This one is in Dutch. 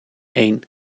één